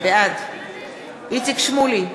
בעד איציק שמולי,